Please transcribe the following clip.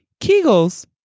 kegels